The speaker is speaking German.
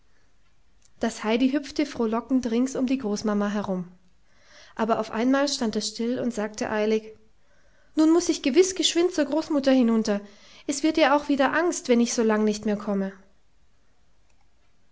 das heidi hüpfte frohlockend rings um die großmama herum aber auf einmal stand es still und sagte eilig nun muß ich gewiß geschwind zur großmutter hinunter es wird ihr auch wieder angst wenn ich so lang nicht mehr komme